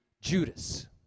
Judas